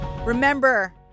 Remember